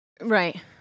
right